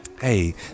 Hey